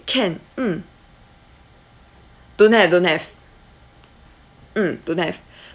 can mm don't have don't have mm don't have